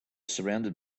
surrounded